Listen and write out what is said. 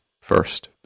first